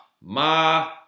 ma